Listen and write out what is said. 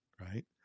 Right